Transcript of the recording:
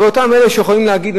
אבל אותם אלה שיכולים להגיד,